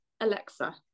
Alexa